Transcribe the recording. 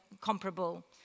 comparable